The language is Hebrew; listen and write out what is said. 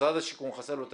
משרד השיכון, חסר לו תקציב.